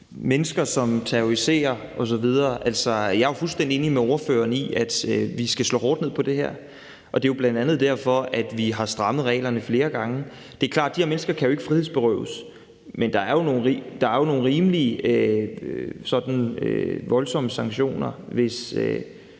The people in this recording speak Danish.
mennesker, som terroriserer osv., er jeg fuldstændig enig med ordføreren i, at vi skal slå hårdt ned på det her, og det er jo bl.a. derfor, vi har strammet reglerne flere gange. Det er klart, at de her mennesker jo ikke kan frihedsberøves, men der er jo nogle sådan rimeligt voldsomme sanktioner, hvis